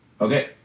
okay